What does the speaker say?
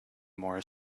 more